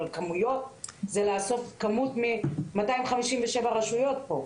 אבל כמויות זה לאסוף כמות מ-257 רשויות פה.